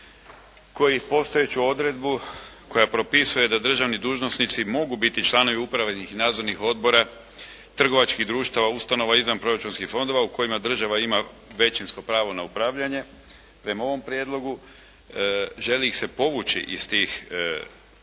koji postojeću odredbu koja propisuje da državni dužnosnici mogu biti članovi uprave i nadzornih odbora trgovačkih društava, ustanova, izvanproračunskih fondova u kojima država ima većinsko pravo na upravljanje prema ovom Prijedlogu želi se povući iz tih funkcija